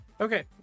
Okay